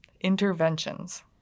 Interventions